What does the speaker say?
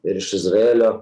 ir iš izraelio